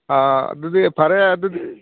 ꯑꯥ ꯑꯗꯨꯗꯤ ꯐꯔꯦ ꯑꯗꯨꯗꯤ